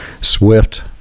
Swift